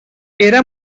era